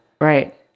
Right